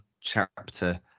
chapter